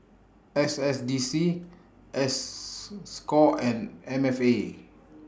S S D C S SCORE and M F A